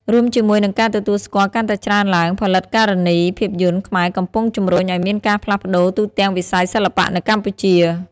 រួមជាមួយនឹងការទទួលស្គាល់កាន់តែច្រើនឡើង ផលិតការនីភាពយន្តខ្មែរកំពុងជំរុញឱ្យមានការផ្លាស់ប្តូរទូទាំងវិស័យសិល្បៈនៅកម្ពុជា។